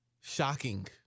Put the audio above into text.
Shocking